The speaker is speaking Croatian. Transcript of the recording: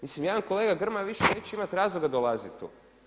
Mislim da jadan kolega Grmoja više neće imati razloga dolaziti tu.